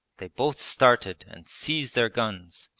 they both started and seized their guns,